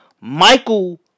Michael